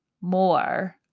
more